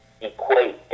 Equate